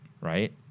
right